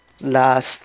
last